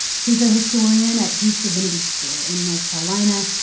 she's a historian at duke divinity school in north carolina,